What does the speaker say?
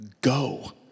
Go